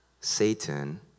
Satan